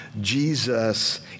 jesus